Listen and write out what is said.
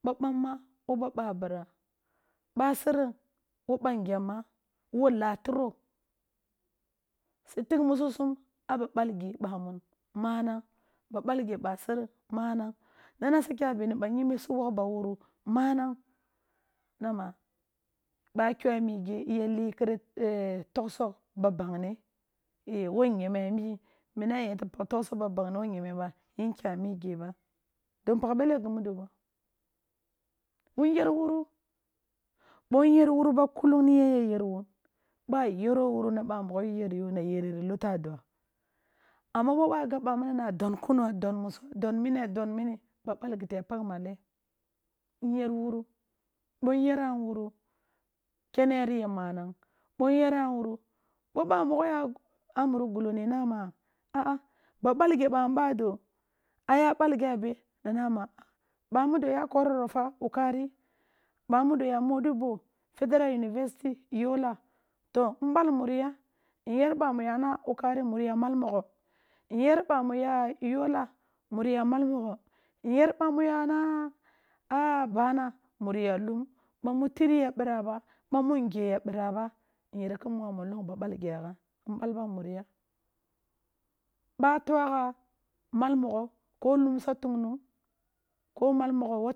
Ba bamma wobbabira, bbasereng wo ba ngema, wo latiro, si tigh musu sum a ba bal ge ba mun manang. Ba balge basereng manang, na na si kya bini ba yimbi si wongh ba wuru manang, na ma ba kyo a migye i ya li kere etokhsog ba bang nee wo nyeme a mi mini a yete pakh togsog ba bangu wo nyeme ba yin kya mmi gye ba, din pakh behe gumudo ba, wun yer wuru, bo nyer wuru ba kulung ni yen yay er wun, ba yero wuro na ba mogho yu yer yon a yere ri luta dwa. Amma bo ba gab ɓa mini na don kuno, a don muso, a don don mini-a don mini, ba balgiti yap akh malen nyer wuru, bo nyera wun wuru kere ri ya manang bro nyeran wun wuru, bo ba nmogho ya a muri gull oni na ma aa ba balge ban baoho a ya balgi a be, na nama bamudo ya balgi a kwarafa, wukari bamudo ya moddibo federal university yola, to nbal muri ya, nyer bamu yana wukari muriya mal mogho, nyer bamun yay ola muriya me l mogho, nyer bamu yanaa a bara muri y alum, ba mu titi ya bira ba bamu ngeya bira nyer kin mda monlong ba balgya gha nbal bam muri ya, ba twa gha mal mogho ko lum sa tungnung, ko mal mogho wo